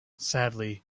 sadly